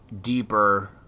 deeper